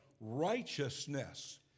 righteousness